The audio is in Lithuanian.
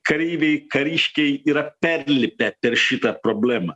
kareiviai kariškiai yra perlipę per šitą problemą